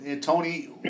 Tony